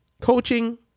coaching